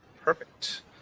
Perfect